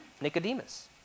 Nicodemus